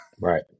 Right